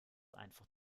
einfach